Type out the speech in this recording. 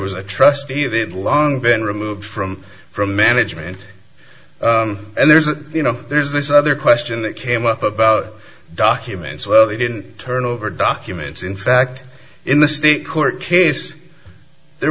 was a trustee of it long been removed from from management and there's a you know there's this other question that came up about documents well they didn't turn over documents in fact in this court case there